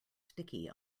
sticky